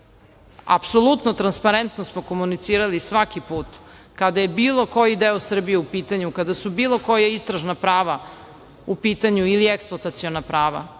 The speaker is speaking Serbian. ih. Apsolutno transparentno smo komunicirali svaki put kada je bilo koji deo Srbije u pitanju, kada su bilo koja istražna prava u pitanju ili eksploataciona prava,